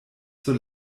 zur